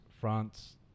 France